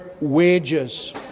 wages